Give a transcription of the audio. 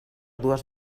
dues